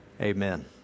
amen